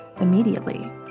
immediately